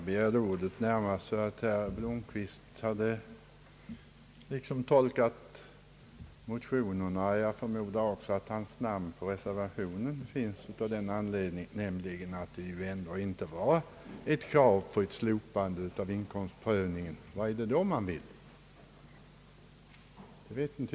Herr talman! Herr Blomquist tycks ha tolkat både motionerna och reservationen så att man inte kräver ett slopande av inkomstprövningen. Men vad är det då man vill?